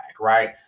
right